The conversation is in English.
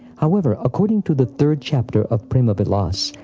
however, according to the third chapter of prema-vilas,